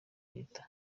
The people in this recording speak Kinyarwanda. leta